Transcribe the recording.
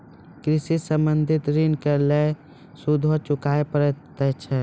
कृषि संबंधी ॠण के लेल सूदो चुकावे पड़त छै?